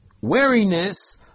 wariness